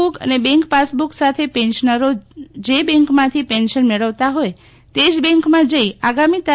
book અને bank passbook સાથે પેન્શનરો જે બેંકમાંથી પેન્શન મળવતા હોય તે જ બેંકમાં જઇ આગામી તા